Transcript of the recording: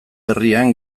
herrian